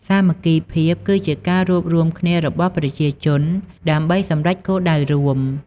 សាមគ្គីភាពគឺជា ការរួបរួមគ្នារបស់ប្រជាជនដើម្បីសម្រេចគោលដៅរួម។